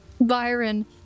Byron